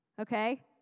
okay